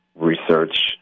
research